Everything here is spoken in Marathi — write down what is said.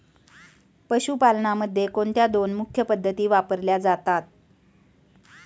पशुपालनामध्ये कोणत्या दोन मुख्य पद्धती वापरल्या जातात?